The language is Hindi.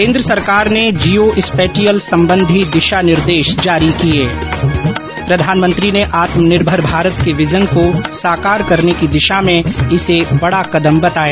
केन्द्र सरकार ने जियो स्पैटियल संबंधी दिशा निर्देश जारी किए प्रधानमंत्री ने आत्मनिर्भर भारत के विजन को साकार करने की दिशा में इसे बड़ा कदम बताया